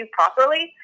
properly